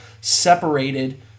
separated